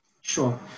Sure